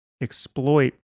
exploit